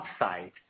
upside